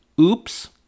Oops